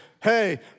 Hey